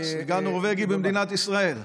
סגן נורבגי במדינת ישראל.